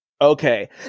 Okay